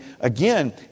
again